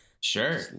Sure